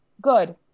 good